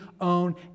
own